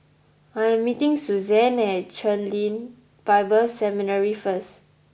I am meeting Suzann at Chen Lien Bible Seminary first